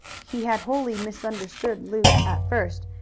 he had wholly misunderstood luke at first,